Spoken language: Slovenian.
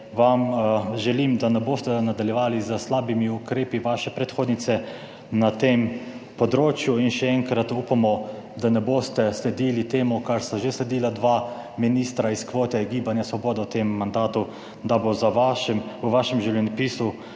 želim, da ne boste nadaljevali s slabimi ukrepi vaše predhodnice na tem področju. In še enkrat upamo, da ne boste sledili temu, kar sta že sledila dva ministra iz kvote Gibanja svoboda v tem mandatu, da bo za vaše, v vašem življenjepisu